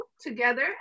together